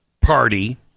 party